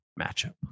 matchup